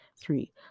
three